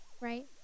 right